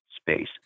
space